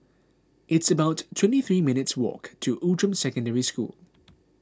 it's about twenty three minutes' walk to Outram Secondary School